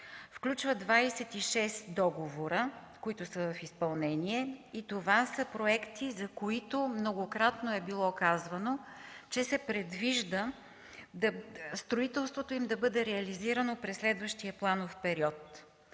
включва 26 договора, които са в изпълнение. Това са проекти, за които многократно е било казвано, че се предвижда строителството им да бъде реализирано през следващия планов период.